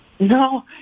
No